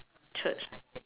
church